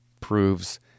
proves